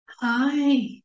Hi